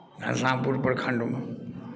Ghanshyampur प्रखंडमे